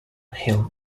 hill